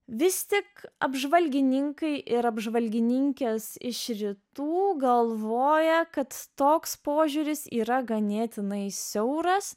vis tik apžvalgininkai ir apžvalgininkės iš rytų galvoja kad toks požiūris yra ganėtinai siauras